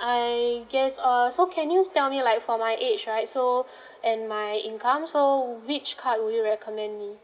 I guess err so can you tell me like for my age right so and my income so which card would you recommend me